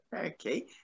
Okay